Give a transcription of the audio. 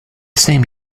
same